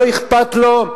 לא אכפת לו,